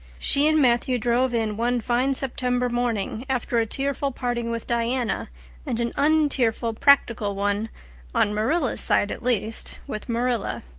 she and matthew drove in one fine september morning, after a tearful parting with diana and an untearful practical one on marilla's side at least with marilla.